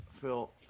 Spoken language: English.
Phil